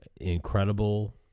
incredible